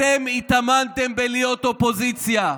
אתם התאמנתם בלהיות אופוזיציה,